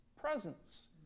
presence